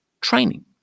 training